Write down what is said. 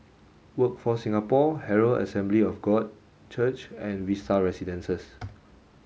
workforce Singapore Herald Assembly of God Church and Vista Residences